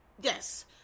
yes